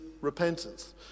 repentance